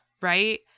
right